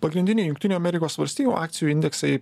pagrindiniai jungtinių amerikos valstijų akcijų indeksai